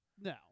No